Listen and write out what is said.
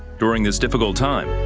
during this difficult time,